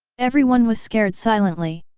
everyone was scared silently.